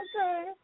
okay